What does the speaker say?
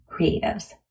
creatives